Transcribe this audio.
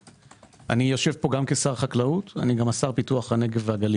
אני יושב כאן גם כשר החקלאות ואני גם השר לפיתוח הנגב והגליל.